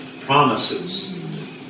promises